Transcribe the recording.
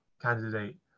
candidate